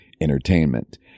entertainment